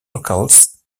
locales